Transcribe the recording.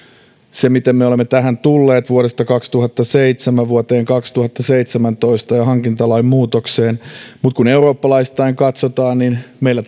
se miten me olemme tähän tulleet vuodesta kaksituhattaseitsemän vuoteen kaksituhattaseitsemäntoista ja hankintalain muutokseen mutta kun eurooppalaisittain katsotaan niin meillä